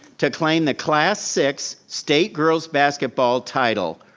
to claim the class six state girl's basketball title.